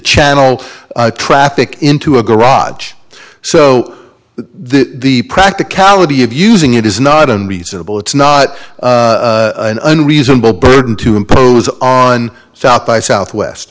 channel traffic into a garage so that the practicality of using it is not unreasonable it's not an unreasonable burden to impose on south by southwest